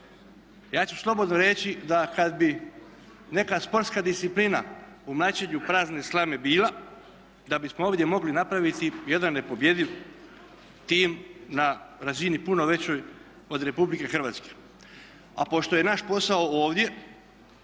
ja ću slobodno reći da kad bi neka sportska disciplina u mlaćenju prazne slame bila da bismo ovdje mogli napraviti jedan nepobjediv tim na razini puno većoj od Republike Hrvatske. A pošto je naš posao ovdje